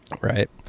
Right